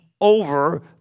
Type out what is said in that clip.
over